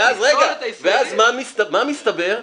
ואז מה מסתבר?